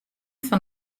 fan